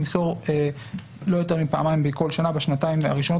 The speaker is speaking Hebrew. למסור לא יותר מפעמיים בכל שנה בשנתיים הראשונות,